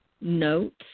notes